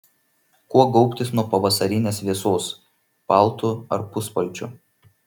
kuo gaubtis nuo pavasarinės vėsos paltu ar puspalčiu